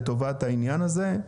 לטובת העניין הזה,